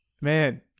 man